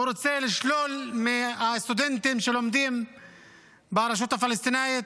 הוא רוצה לשלול מהסטודנטים שלומדים ברשות הפלסטינית